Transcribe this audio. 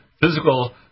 physical